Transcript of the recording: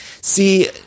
See